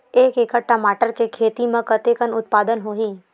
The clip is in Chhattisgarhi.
एक एकड़ टमाटर के खेती म कतेकन उत्पादन होही?